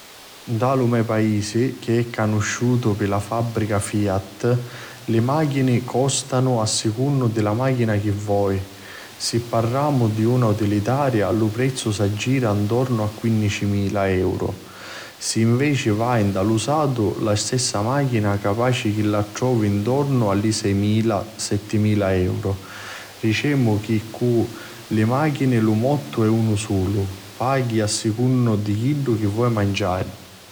Nta lu me paisi che è canusciutu pi la fabbrica fiat li machini costanu a secunnu la machina chi voi. Si parramu di na utilitaria lu prezzu s'aggira ntornu a quinnicimila euru, si nveci vai nta l'usatu la stessa machina capaci chi la trovi ntornu a li seimila, settimila euru. Ricemu che cu li machini lu mottu è unu sulu: Paghi a secunnu di chiddu chi voi manciari.